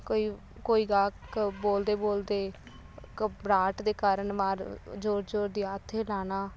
ਕੋਈ ਕੋਈ ਗਾਇਕ ਬੋਲਦੇ ਬੋਲਦੇ ਘਬਰਾਹਟ ਦੇ ਕਾਰਨ ਬਾਹਰ ਜ਼ੋਰ ਜ਼ੋਰ ਦੀ ਹੱਥ ਹਿਲਾਉਣਾ